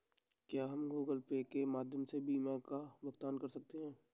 क्या हम Google Pay के माध्यम से बीमा का भुगतान कर सकते हैं?